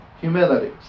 humility